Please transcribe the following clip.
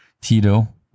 Tito